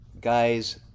guys